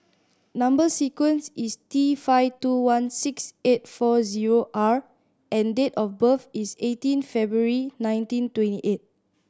number sequence is T five two one six eight four zero R and date of birth is eighteen February nineteen twenty eight